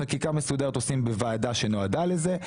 חקיקה מסודרת עושים בוועדה שנועדה לזה,